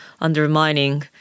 undermining